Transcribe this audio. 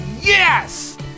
yes